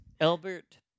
Albert